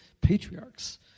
patriarchs